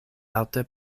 alte